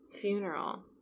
funeral